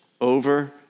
over